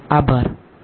આભાર